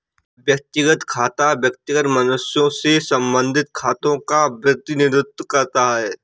व्यक्तिगत खाता व्यक्तिगत मनुष्यों से संबंधित खातों का प्रतिनिधित्व करता है